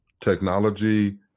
technology